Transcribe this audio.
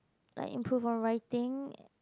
like improve our writing